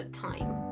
time